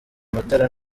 matara